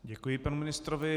Děkuji panu ministrovi.